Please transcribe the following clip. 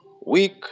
week